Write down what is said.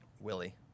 Willie